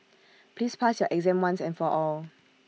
please pass your exam once and for all